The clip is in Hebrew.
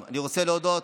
אני רוצה להודות